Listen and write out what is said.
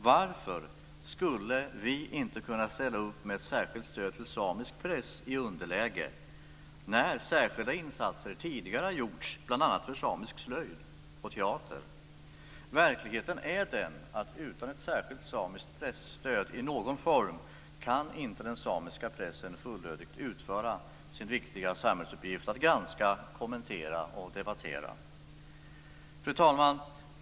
Varför skulle vi inte kunna ställa upp med ett särskilt stöd till samisk press i underläge när särskilda insatser tidigare gjorts bl.a. för samisk slöjd och teater? Verkligheten är den att utan ett särskilt samiskt presstöd i någon form kan inte den samiska pressen fullödigt utföra sin viktiga samhällsuppgift att granska, kommentera och debattera. Fru talman!